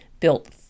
built